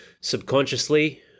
subconsciously